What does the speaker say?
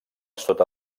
sota